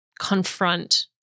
confront